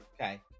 Okay